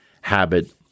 habit